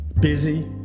busy